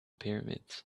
pyramids